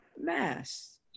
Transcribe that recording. Mass